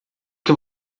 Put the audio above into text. que